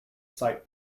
sight